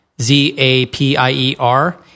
Z-A-P-I-E-R